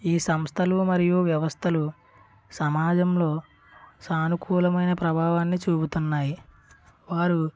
ఈ సంస్థలు మరియు వ్యవస్థలు సమాజంలో సానుకూలమైన ప్రభావాన్ని చూపుతున్నాయి వారు